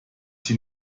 sie